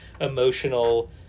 emotional